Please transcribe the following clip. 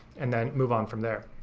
and then move on from there.